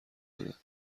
بده